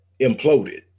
imploded